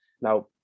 Now